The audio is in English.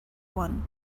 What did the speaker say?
one